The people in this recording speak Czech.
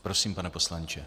Prosím, pane poslanče.